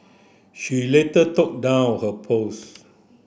she later took down her post